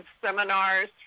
seminars